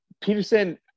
Peterson